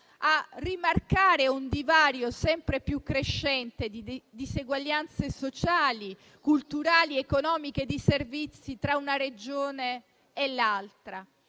a rimarcare un divario sempre più crescente di diseguaglianze sociali, culturali ed economiche nei servizi tra una Regione e l'altra.